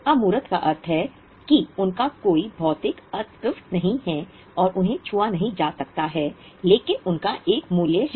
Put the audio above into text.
अमूर्त का अर्थ है कि उनका कोई भौतिक अस्तित्व नहीं है और उन्हें छुआ नहीं जा सकता है लेकिन उनका एक मूल्य है